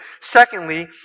Secondly